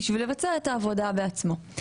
בשביל לבצע את העבודה בעצמו?